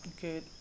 good